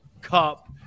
Cup